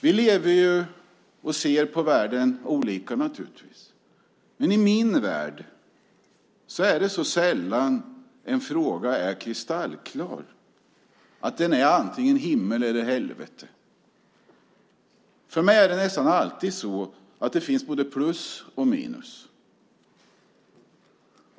Vi lever och ser på världen olika, men i min värld är det sällan en fråga är kristallklar, sällan det är antingen himmel eller helvete. För mig finns det nästan alltid både plus och minus.